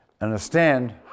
understand